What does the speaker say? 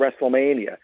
WrestleMania